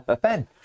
Ben